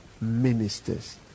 ministers